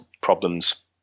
problems